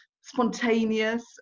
spontaneous